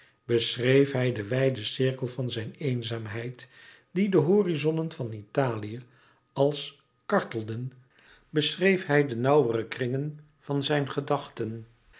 beschreef hij den wijden cirkel van zijn eenzaamheid die de horizonnen van italië als kartelden beschreef hij de nauwere kringen van zijn gedachten